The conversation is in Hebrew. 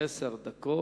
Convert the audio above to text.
אדוני היושב-ראש,